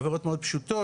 עבירות מאוד פשוטות.